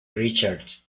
richards